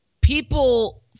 People